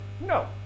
No